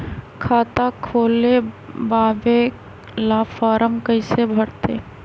खाता खोलबाबे ला फरम कैसे भरतई?